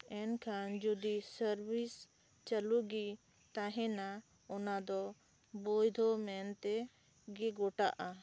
ᱮᱱᱠᱷᱟᱱ ᱡᱚᱫᱚ ᱥᱟᱨᱵᱤᱥ ᱪᱟᱹᱞᱩᱜᱮ ᱛᱟᱦᱮᱱᱟ ᱚᱱᱟᱫᱚ ᱵᱚᱭᱫᱷᱚ ᱢᱮᱱᱛᱮ ᱜᱮ ᱜᱚᱴᱟᱜᱼᱟ